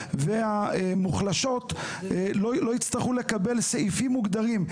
והמוחלשות לא יצטרכו לקבל סעיפים מוגדרים.